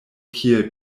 kiel